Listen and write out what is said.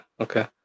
okay